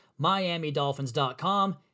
miamidolphins.com